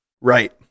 Right